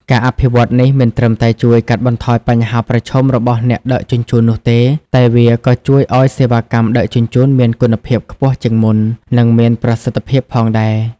ការអភិវឌ្ឍន៍នេះមិនត្រឹមតែជួយកាត់បន្ថយបញ្ហាប្រឈមរបស់អ្នកដឹកជញ្ជូននោះទេ តែវាក៏ជួយឱ្យសេវាកម្មដឹកជញ្ជូនមានគុណភាពខ្ពស់ជាងមុន និងមានប្រសិទ្ធភាពផងដែរ។